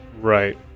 right